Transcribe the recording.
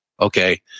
Okay